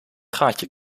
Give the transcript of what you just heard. gaatje